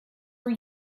were